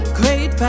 great